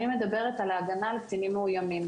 אני מדברת על ההגנה על קטינים מאוימים.